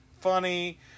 funny